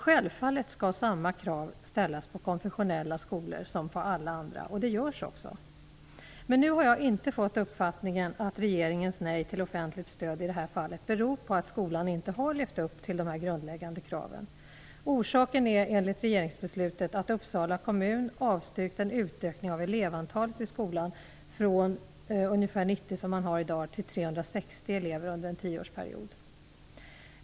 Självfallet skall samma krav ställas på konfessionella skolor som på alla andra, och det görs också. Men nu har jag inte fått uppfattningen att regeringens nej till offentligt stöd i det här fallet beror på att skolan inte har levt upp till de grundläggande kraven. Orsaken är, enligt regeringsbeslutet, att Uppsala kommun avstyrkt en utökning av elevantalet vid skolan från ca 90, som man har i dag, till 360 elever under en tioårsperiod.